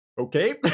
okay